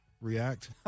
react